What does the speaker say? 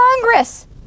Congress